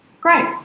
great